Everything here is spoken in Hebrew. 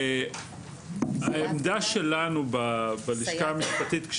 העמדה שלנו בלשכה המשפטית,